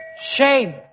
Shame